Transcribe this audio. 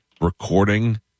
recording